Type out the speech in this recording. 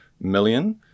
million